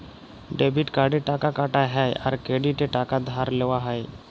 debit কার্ডে টাকা কাটা হ্যয় আর ক্রেডিটে টাকা ধার লেওয়া হ্য়য়